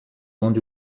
onde